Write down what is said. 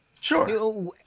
Sure